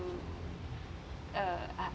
to uh ah